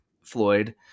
Floyd